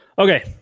Okay